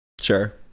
Sure